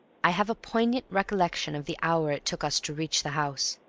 i have a poignant recollection of the hour it took us to reach the house.